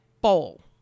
bowl